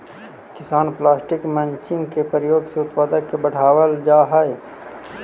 किसान plastic mulching के प्रयोग से उत्पादक के बढ़ावल जा हई